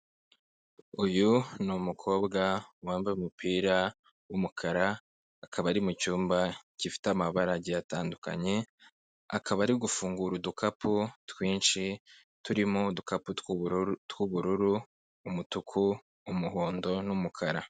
Uyu ni umukobwa wambaye umupira w'umukara akaba ari mu icyumba gifite amabara agiye atandukanye akaba ari gufungura udukapu twinshi turimo udukapu tw'ubururu tw'ubururu, umutuku, umuhondo n'umukara.